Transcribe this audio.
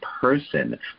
person